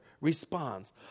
responds